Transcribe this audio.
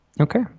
Okay